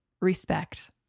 respect